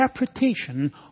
interpretation